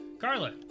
carla